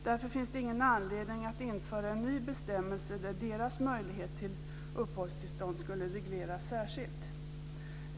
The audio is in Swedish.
Därför finns ingen anledning att införa en ny bestämmelse där deras möjlighet till uppehållstillstånd skulle regleras särskilt.